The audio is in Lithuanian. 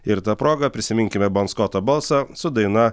ir ta proga prisiminkime bon skoto balsą su daina